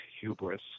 hubris